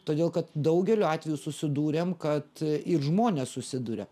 todėl kad daugeliu atveju susidūrėm kad ir žmonės susiduria